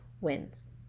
wins